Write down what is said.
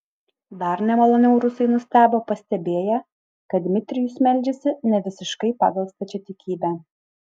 dar nemaloniau rusai nustebo pastebėję kad dmitrijus meldžiasi nevisiškai pagal stačiatikybę